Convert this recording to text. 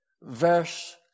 verse